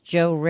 Joe